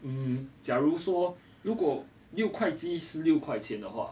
mm 假如说如果六块鸡是六块钱的话